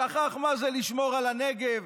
שכח מה זה לשמור על הנגב,